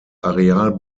areal